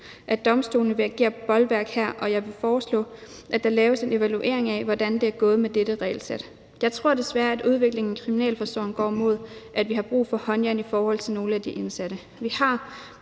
at domstolene vil agere bolværk her, og jeg vil foreslå, at der laves en evaluering af, hvordan det er gået med dette regelsæt. Jeg tror desværre, at udviklingen i kriminalforsorgen går mod, at vi har brug for håndjern i forhold til nogle af de indsatte.